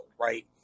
right